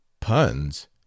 Puns